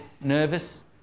nervous